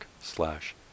slash